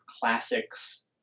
classics